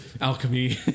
Alchemy